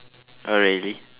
oh really